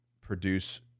produce